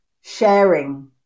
sharing